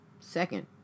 Second